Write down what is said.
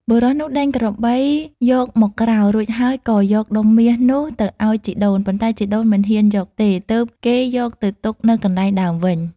បុរសនោះដេញក្របីយកមកក្រោល រួចហើយក៏យកដុំមាសនោះទៅអោយជីដូន ប៉ុន្តែជីដូនមិនហ៊ានយកទេ ទើបគេយកទៅទុកនៅកន្លែងដើមវិញ។